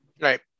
Right